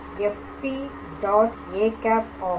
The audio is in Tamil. â ஆகும்